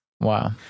Wow